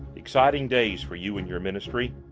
exciting days for you and your ministry,